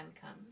comes